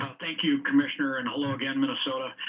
thank you commissioner and although again minnesota